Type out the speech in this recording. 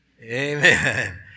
Amen